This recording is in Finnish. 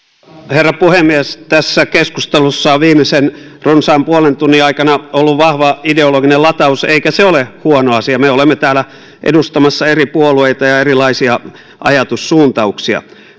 herra puhemies tässä keskustelussa viimeisen runsaan puolen tunnin aikana on ollut vahva ideologinen lataus eikä se ole huono asia me olemme täällä edustamassa eri puolueita ja ja erilaisia ajatussuuntauksia